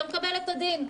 ומקבל את הדין.